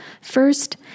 First